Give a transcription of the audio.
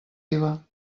iva